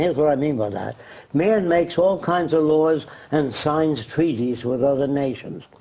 here's what i mean by that man makes all kinds of laws and signs treaties with other nations.